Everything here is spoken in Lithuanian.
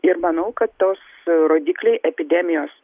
ir manau kad tos rodikliai epidemijos